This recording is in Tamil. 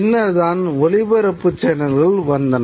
பின்னர்தான் ஒளிபரப்பு சேனல்கள் வந்தன